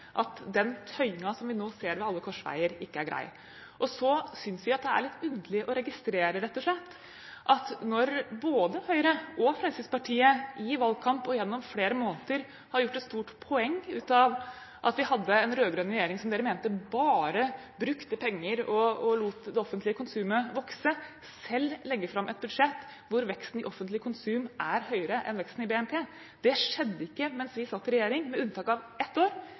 at den tøyingen som vi nå ser ved alle korsveier, ikke er grei. Jeg synes det er litt underlig å registrere, rett og slett, at når både Høyre og Fremskrittspartiet i valgkamp og gjennom flere måneder har gjort et stort poeng av at vi hadde en rød-grønn regjering som de mente bare brukte penger og lot det offentlige konsumet vokse, legger de selv fram et budsjett hvor veksten i offentlig konsum er høyere enn veksten i BNP. Det skjedde ikke mens vi satt i regjering, med unntak av ett år